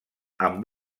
amb